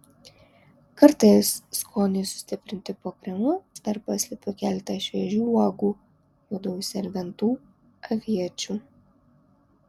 kartais skoniui sustiprinti po kremu dar paslepiu keletą šviežių uogų juodųjų serbentų aviečių